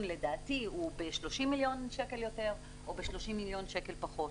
הוא ב-30 מיליון שקל יותר או 30 מיליון שקל פחות.